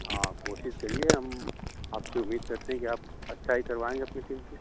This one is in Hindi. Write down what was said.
हाँ कोशिश करिए हम आपसे उम्मीद करते हैं कि आप अच्छा ही करवाएंगे अपनी टीम से